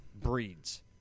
breeds